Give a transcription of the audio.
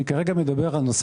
אני כרגע מדבר על נושא